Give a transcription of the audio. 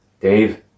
Dave